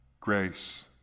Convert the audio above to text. grace